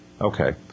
okay